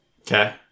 Okay